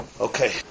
Okay